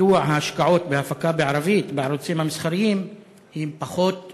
מדוע ההשקעות בהפקה הערבית בערוצים המסחריים הן פחות מ-1%?